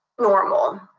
normal